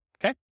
okay